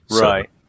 Right